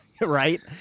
Right